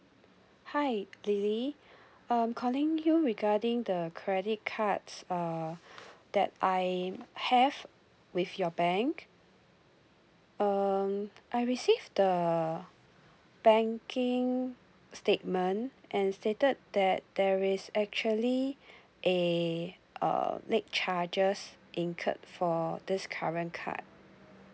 hi lily um calling you regarding the credit cards uh that I have with your bank um I receive the banking statement and stated that there is actually eh uh late charges incurred for this current card